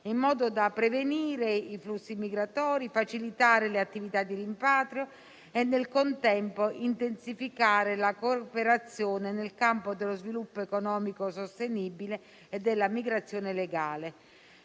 in modo da prevenire i flussi migratori, facilitare le attività di rimpatrio e, nel contempo, intensificare la cooperazione nel campo dello sviluppo economico sostenibile e della migrazione legale.